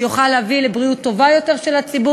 שיוכל להביא לבריאות טובה יותר של הציבור